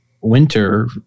winter